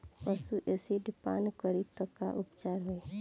पशु एसिड पान करी त का उपचार होई?